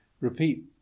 repeat